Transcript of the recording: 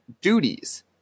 duties